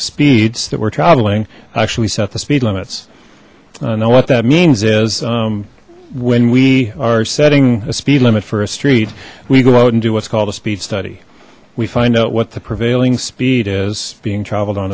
speeds that we're traveling actually set the speed limits now what that means is when we are setting a speed limit for a street we go out and do what's called a speed study we find out what the prevailing speed is being traveled on